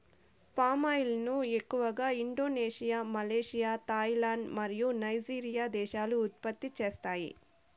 palm oil ను ఎక్కువగా Indonesia, Malaysia, Thailand మరియు నైజీరియా దేశాలు ఉత్పత్తి చేస్తాయి